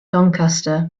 doncaster